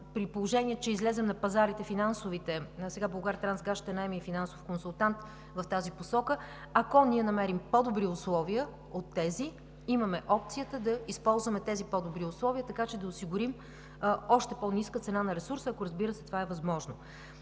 при положение че излезем на финансовите пазари – сега „Булгартрансгаз“ ще наеме и финансов консултант в тази посока, ако ние намерим по-добри условия от тези, имаме опцията да използваме тези по-добри условия, така че да осигурим още по-ниска цена на ресурса, ако, разбира се, това е възможно.